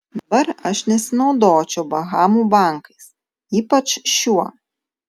dabar aš nesinaudočiau bahamų bankais ypač šiuo